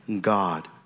God